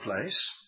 place